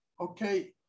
okay